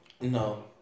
no